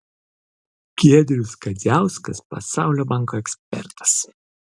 giedrius kadziauskas pasaulio banko ekspertas